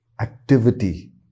activity